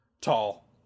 Tall